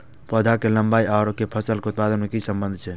पौधा के लंबाई आर फसल के उत्पादन में कि सम्बन्ध छे?